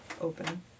Open